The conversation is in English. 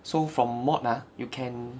so from mot ah you can